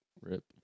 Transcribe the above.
Rip